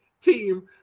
team